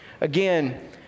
Again